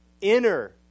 inner